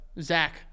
Zach